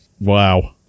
Wow